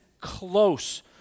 close